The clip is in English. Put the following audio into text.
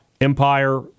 Empire